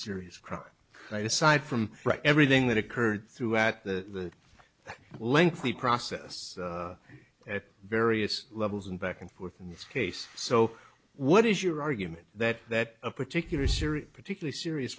serious crime and aside from everything that occurred throughout the lengthy process at various levels and back and forth in this case so what is your argument that that a particular serious particularly serious